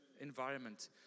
environment